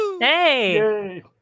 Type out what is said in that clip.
Hey